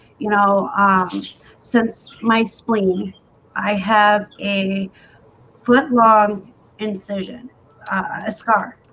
you know ah since my spleen i have a put long incision on a scar,